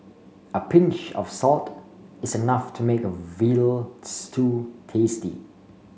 a pinch of salt is enough to make a veal stew tasty